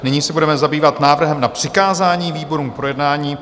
Nyní se budeme zabývat návrhem na přikázání výborům k projednání.